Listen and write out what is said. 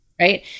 right